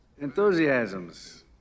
Enthusiasms